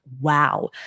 wow